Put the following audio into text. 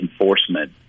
enforcement